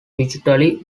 digitally